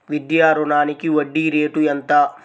విద్యా రుణానికి వడ్డీ రేటు ఎంత?